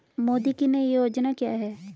मोदी की नई योजना क्या है?